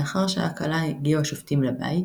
לאחר שעה קלה הגיעו השופטים לבית,